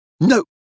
No